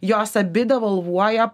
jos abi devalvuoja